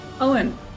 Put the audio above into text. Owen